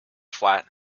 flat